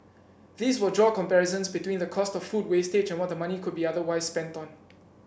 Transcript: these will draw comparisons between the cost of food wastage and what the money could be otherwise spent on